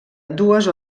dues